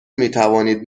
میتوانید